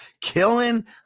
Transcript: Killing